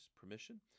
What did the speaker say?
permission